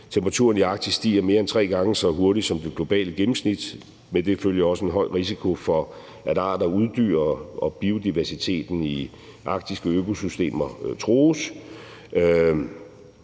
Temperaturen i Arktis stiger mere end tre gange så hurtigt som det globale gennemsnit, og med det følger også en høj risiko for, at arter uddør, og at biodiversiteten i de arktiske økosystemer trues.